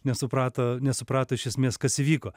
nesuprato nesuprato iš esmės kas įvyko